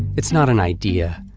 it's not an idea,